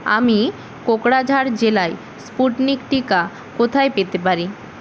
আমি কোকরাঝাড় জেলায় স্পুটনিক টিকা কোথায় পেতে পারি